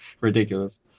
Ridiculous